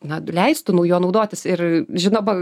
na leistų nu juo naudotis ir žinoba